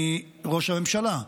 מראש הממשלה,